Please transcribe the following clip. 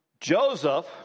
Joseph